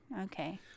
Okay